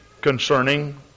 concerning